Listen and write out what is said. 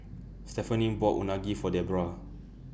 Stephaine bought Unagi For Debroah